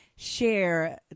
share